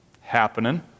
happening